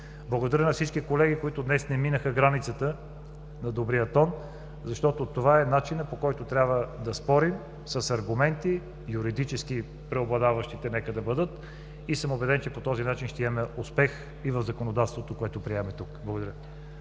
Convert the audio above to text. Благодаря на всички колеги, които днес не минаха границата на добрия тон, защото това е начинът, по който трябва да спорим – с аргументи, нека преобладаващи да бъдат юридическите. Убеден съм, че по този начин ще имаме успех и в законодателството, което приемаме тук. Благодаря